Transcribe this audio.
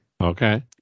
Okay